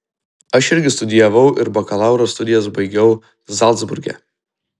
aš irgi studijavau ir bakalauro studijas baigiau zalcburge